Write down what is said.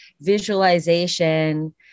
visualization